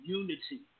unity